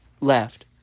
left